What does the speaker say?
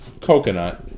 coconut